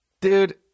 Dude